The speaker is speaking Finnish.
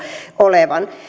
olevan